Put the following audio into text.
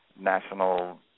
national